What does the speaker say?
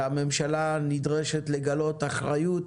והממשלה נדרשת לגלות אחריות,